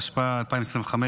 התשפ"ה 2024,